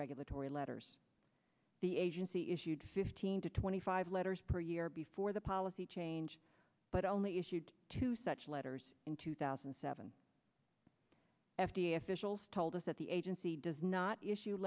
regulatory letters the agency issued fifteen to twenty five letters per year before the policy change but only issued two such letters in two thousand and seven f d a officials told us that the agency does not issue